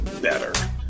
better